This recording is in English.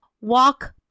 Walk